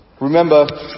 Remember